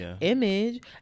image